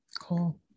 Cool